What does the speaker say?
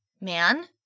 man